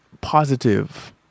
positive